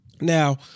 Now